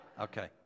Okay